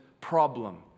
problem